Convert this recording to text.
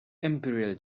imperial